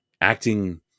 acting